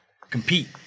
compete